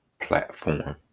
platform